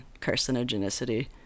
carcinogenicity